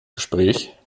gespräch